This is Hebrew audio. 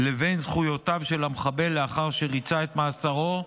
לבין זכויותיו של המחבל לאחר שריצה את מאסרו.